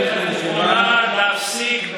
זה הזמן להפסיק,